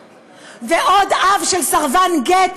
ועוד אב של סרבן גט,